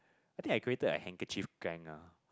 I think I created a handkerchief gang ah